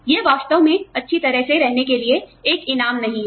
यह वास्तव में अच्छी तरह से रहने के लिए एक इनाम नहीं है